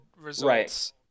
results